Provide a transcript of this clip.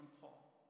Paul